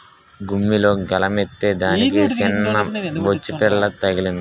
గుమ్మిలో గాలమేత్తే దానికి సిన్నబొచ్చుపిల్ల తగిలింది